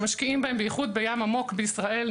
שמשקיעים בהם בייחוד בים עמוק בישראל,